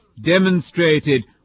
demonstrated